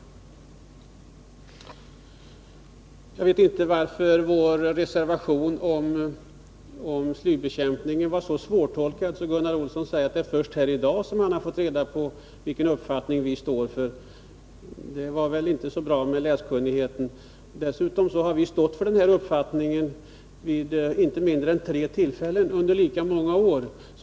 Jag vet inte varför vår reservation om slybekämpningen var så svårtolkad att Gunnar Olsson säger att det är först här i dag som han har fått reda på vilken uppfattning vi står för. Det var väl inte så bra med läskunnigheten i det fallet. Dessutom har vi stått för denna uppfattning vid inte mindre än tre tillfällen under lika många år.